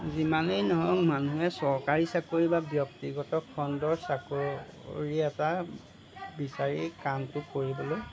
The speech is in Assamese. যিমানেই নহওক মানুহে চৰকাৰী চাকৰী বা ব্যক্তিগত খণ্ডৰ চাকৰি এটা বিচাৰি কামটো কৰিবলৈ